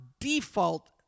default